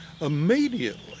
immediately